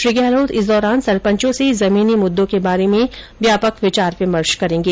श्री गहलोत इस दौरान सरपंचों से जमीनी मृद्दों के बारे में व्यापक विचार विमर्श करेंगे